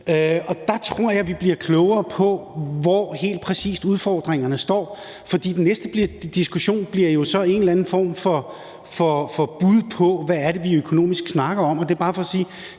og der tror jeg, vi bliver klogere på, hvor udfordringerne helt præcis står. Næste diskussion bliver så en eller anden form for bud på, hvad det er, vi økonomisk snakker om. Det er bare for at sige,